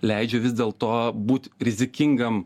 leidžia vis dėl to būt rizikingam